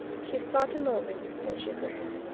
she thought a moment, then shook her head.